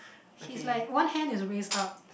he's like one hand is raise up